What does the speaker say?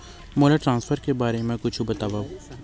मोला ट्रान्सफर के बारे मा कुछु बतावव?